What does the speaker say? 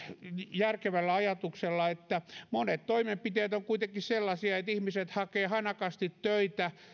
järkevällä ajatuksella että monet toimenpiteet ovat kuitenkin sellaisia että ihmiset hakevat hanakasti töitä